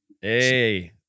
hey